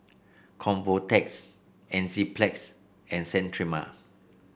Convatec Enzyplex and Sterimar